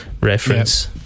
reference